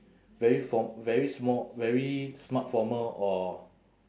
very form~ very sma~ very smart formal or